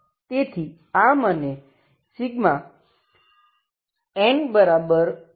તેથી આ મને n1vn0yn1AnBn